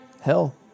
hell